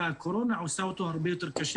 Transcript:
והקורונה עושה אותו הרבה יותר קשה